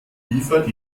liefert